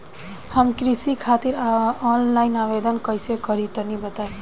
हम कृषि खातिर आनलाइन आवेदन कइसे करि तनि बताई?